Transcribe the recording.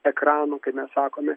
ekranų kaip mes sakome